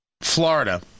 Florida